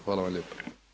Hvala vam lijepa.